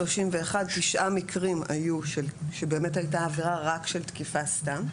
תשעה מקרים היו שבאמת הייתה עבירה רק של תקיפה סתם.